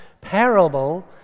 parable